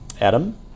adam